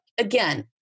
Again